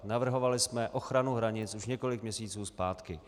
Navrhovali jsme ochranu hranic už několik měsíců zpátky.